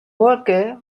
walker